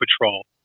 patrol